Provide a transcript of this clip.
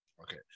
Okay